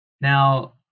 Now